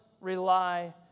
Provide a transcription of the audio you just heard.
rely